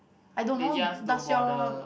they just don't bother